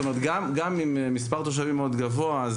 עם מספר תושבים מאוד גבוה.